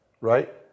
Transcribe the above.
Right